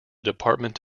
department